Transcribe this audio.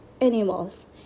animals